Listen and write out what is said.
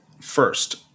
First